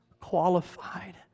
qualified